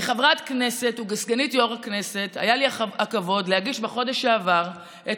כחברת כנסת וכסגנית יו"ר הכנסת היה לי הכבוד להגיש בחודש שעבר את